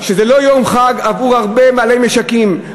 הוא לא יום חג עבור הרבה בעלי משקים,